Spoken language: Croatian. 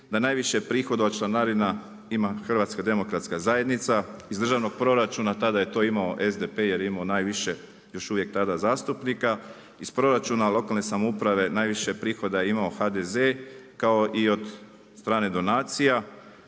da najviše prihoda od članarina ima HDZ, iz državnog proračuna tada je to imao SDP jer je imao najviše još uvijek tada zastupnika iz proračuna lokalne samouprave najviše je prihoda imao HDZ kao i od stranih donacija,